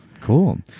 Cool